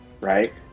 right